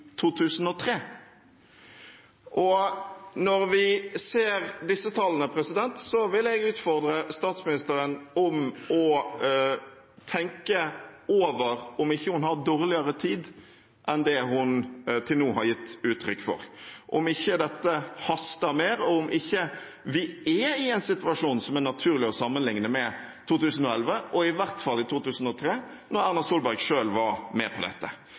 2003. Når vi ser disse tallene, vil jeg utfordre statsministeren til å tenke over om hun ikke har dårligere tid enn det hun til nå har gitt uttrykk for – om ikke dette haster mer, og om ikke vi er i en situasjon som det er naturlig å sammenligne med 2011 og i hvert fall 2003, da Erna Solberg selv var med på dette.